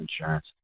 insurance